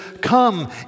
come